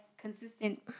consistent